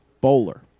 Bowler